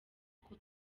uko